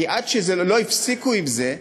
כי עד שלא הפסיקו עם זה,